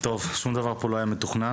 שום דבר פה לא היה מתוכנן.